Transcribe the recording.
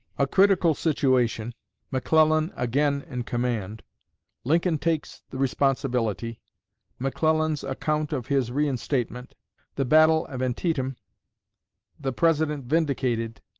a critical situation mcclellan again in command lincoln takes the responsibility mcclellan's account of his reinstatement the battle of antietam the president vindicated